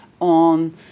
on